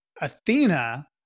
Athena